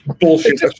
bullshit